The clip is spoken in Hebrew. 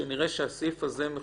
כדי שנראה שהסעיף הזה מכוסה.